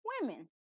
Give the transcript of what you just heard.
women